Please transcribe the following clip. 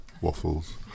waffles